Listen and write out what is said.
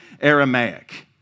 Aramaic